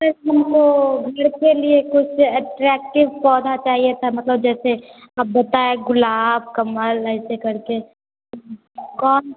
sir हमको घर के लिए कुछ अट्रैक्टिव पौधा चाहिए था मतलब जैसे हम बताएं गुलाब कमल ऐसे करके कौन